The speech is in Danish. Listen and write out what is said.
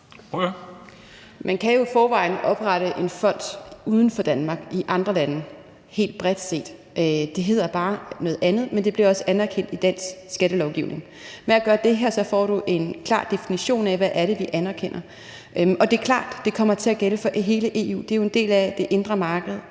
Man kan jo i forvejen oprette en fond uden for Danmark, i andre lande, helt bredt set. Det hedder bare noget andet, men det bliver også anerkendt i dansk skattelovgivning. Ved at gøre det her får du en klar definition af, hvad det er, vi anerkender. Og det er klart, at det kommer til at gælde for hele EU – det er jo en del af det indre marked,